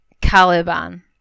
caliban